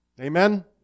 Amen